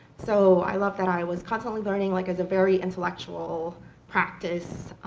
so i loved that i was constantly learning, like, as a very intellectual practice,